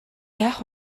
яах